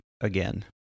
again